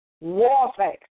warfare